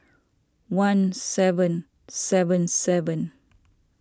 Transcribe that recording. one seven seven seven